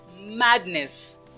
madness